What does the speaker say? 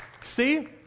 See